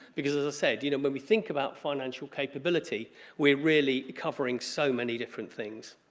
because i said you know when we think about financial capability we're really covering so many different things.